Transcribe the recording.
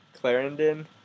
Clarendon